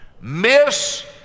miss